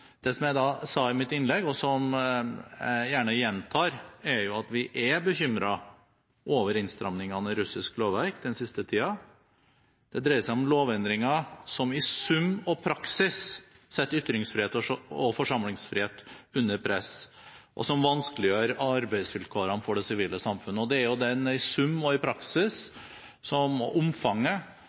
Det jeg sa i mitt innlegg, og som jeg gjerne gjentar, er at vi er bekymret over innstramningene i russisk lovverk den siste tiden. Det dreier seg om lovendringer som i sum og praksis setter ytrings- og forsamlingsfrihet under press, og som vanskeliggjør arbeidsvilkårene for det sivile samfunnet. Det er det omfanget i sum og i praksis vi nå også legger vekt på, og som